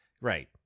right